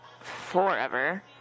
forever